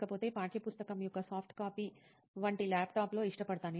లేకపోతే పాఠ్య పుస్తకం యొక్క సాఫ్ట్ కాపీ వంటిది ల్యాప్టాప్లో ఇష్టపడతాను